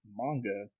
manga